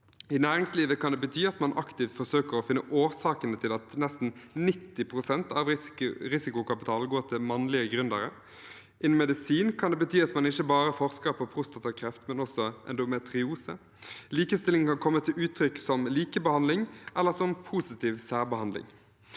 I næringslivet kan det bety at man aktivt forsøker å finne årsakene til at nesten 90 pst. av risikokapitalen går til mannlige gründere. Innen medisin kan det bety at man ikke bare forsker på prostatakreft, men også på endometriose. Likestilling kan komme til uttrykk som likebehandling eller som positiv særbehandling,